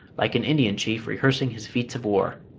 like an indian chief rehearsing his feats of war.